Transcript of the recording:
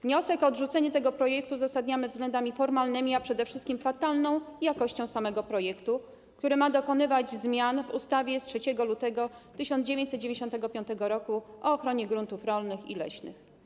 Wniosek o odrzucenie tego projektu uzasadniamy względami formalnymi, a przede wszystkim fatalną jakością samego projektu, który ma dokonywać zmian w ustawie z 3 lutego 1995 r. o ochronie gruntów rolnych i leśnych.